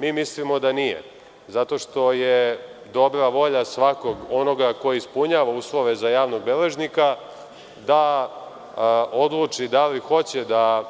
Mi mislimo da nije zato što je dobra volja svakog onog ko ispunjava uslove za javnog beležnika da odluči da li hoće da